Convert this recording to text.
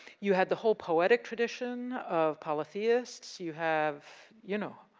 you had the whole poetic tradition of polytheists, you have, you know.